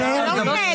דברו עם משה,